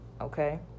Okay